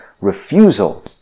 refusal